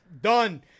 Done